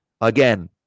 Again